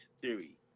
Theory